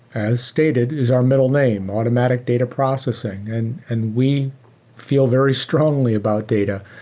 as stated, is our middle name, automatic data processing. and and we feel very strongly about data.